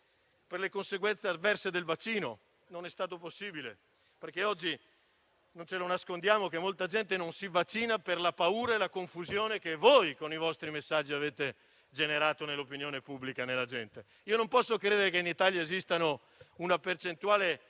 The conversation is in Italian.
per le conseguenze avverse del vaccino, ma ciò non è stato possibile perché oggi - non nascondiamocelo - molta gente non si vaccina per la paura e la confusione che voi, con i vostri messaggi, avete generato nell'opinione pubblica. Non posso credere che in Italia esista una percentuale